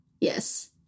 Yes